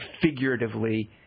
figuratively